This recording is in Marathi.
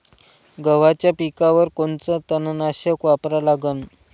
गव्हाच्या पिकावर कोनचं तननाशक वापरा लागन?